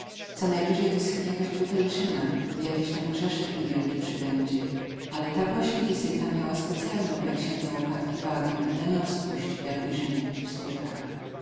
co najwyżej wyschnie jakaś butelczyna i jakiś tam grzeszek niewielki przybędzie ale ta właśnie wizyta miała specjalną dla księdza łopatki wagę i doniosłość jak ujrzymy w skutkach